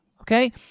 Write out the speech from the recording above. okay